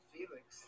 Felix